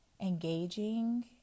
engaging